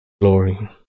glory